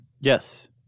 Yes